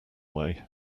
way